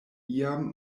iam